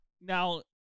Now